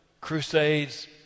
crusades